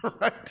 Right